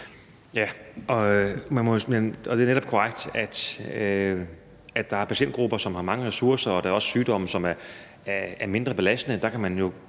Det er netop korrekt, at der er patientgrupper, som har mange ressourcer, og der er også sygdomme, som er mindre belastende. Der kan man jo